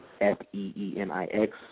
F-E-E-N-I-X